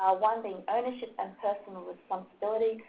ah one thing, ownership and personal responsibility,